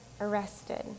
arrested